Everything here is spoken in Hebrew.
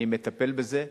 אני מטפל בזה.